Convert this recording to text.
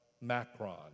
Macron